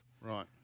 Right